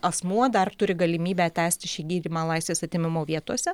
asmuo dar turi galimybę tęsti šį gydymą laisvės atėmimo vietose